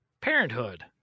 parenthood